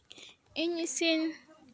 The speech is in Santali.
ᱤᱧ ᱤᱥᱤᱱ